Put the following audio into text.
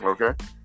Okay